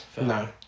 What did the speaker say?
No